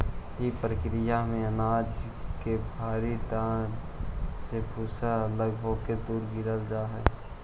इ प्रक्रिया में अनाज के भारी दाना से भूसा अलग होके दूर गिर जा हई